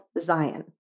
Zion